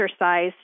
exercise